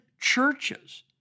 churches